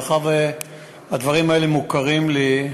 מאחר שהדברים האלה מוכרים לי,